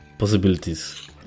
Possibilities